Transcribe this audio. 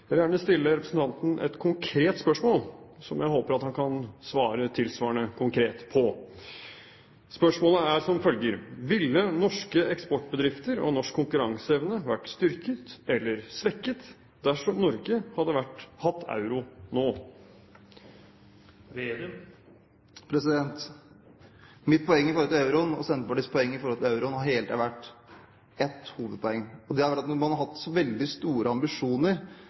Jeg vil gjerne stille representanten et konkret spørsmål, som jeg håper at han kan svare tilsvarende konkret på. Spørsmålet er som følger: Ville norske eksportbedrifter og norsk konkurranseevne vært styrket eller svekket dersom Norge hadde hatt euro nå? Mitt og Senterpartiets hovedpoeng i forhold til euroen har hele tiden vært at noen EU-ideologer har hatt veldig store ambisjoner om at man skal ha en felles valuta, og så har man rushet det altfor fort uten at man har hatt